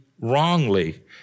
wrongly